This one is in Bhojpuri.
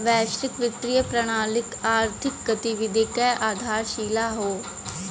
वैश्विक वित्तीय प्रणाली आर्थिक गतिविधि क आधारशिला हौ